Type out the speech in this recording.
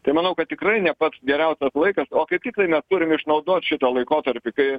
tai manau kad tikrai ne pats geriausias laikas o kaip tiktai mes turim išnaudot šitą laikotarpį kai